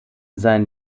seinen